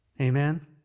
Amen